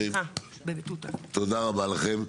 < יור >> היו"ר יעקב אשר: תודה רבה לכן.